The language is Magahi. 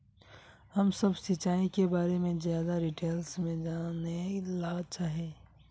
हम सब सिंचाई के बारे में ज्यादा डिटेल्स में जाने ला चाहे?